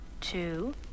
two